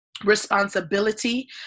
responsibility